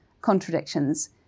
contradictions